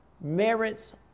merits